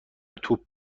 توپ